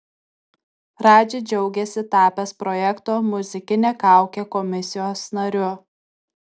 radži džiaugiasi tapęs projekto muzikinė kaukė komisijos nariu